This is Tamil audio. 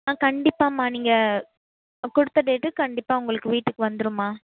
ஆ கண்டிப்பாம்மா நீங்கள் கொடுத்த டேட்டுக்கு கண்டிப்பாக உங்களுக்கு வீட்டுக்கு வந்துடும்மா